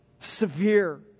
severe